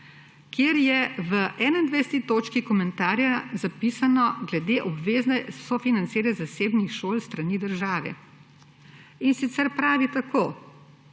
kjer je v 21. točki komentarja zapisano glede obveznega sofinanciranja zasebnih šol s strani države. In sicer pravi tako: